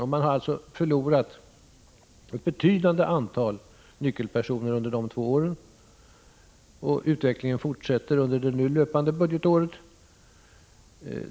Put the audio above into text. Försvaret har alltså förlorat ett betydande antal nyckelpersoner under de två åren. Utvecklingen fortsätter under det nu löpande budgetåret.